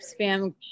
spam